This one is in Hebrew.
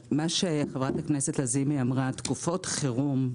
חברת הכנסת לזימי דיברה על תקופות חירום.